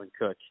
Cook